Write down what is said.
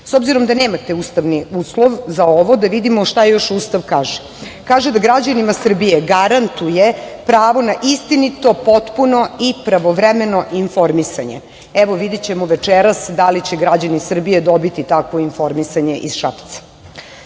obzirom da nemate ustavni uslov za ovo, da vidimo šta još Ustav kaže. Kaže da građanima Srbije garantuje pravo na istinito, potpuno i pravovremeno informisanje. Videćemo večeras da li će građani Srbije dobiti takvo informisanje iz Šapca. Ko